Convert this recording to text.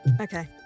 Okay